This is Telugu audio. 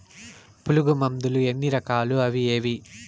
పులుగు మందులు ఎన్ని రకాలు అవి ఏవి?